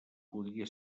podia